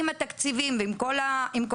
עם התקציבים ועם כל הדברים,